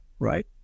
Right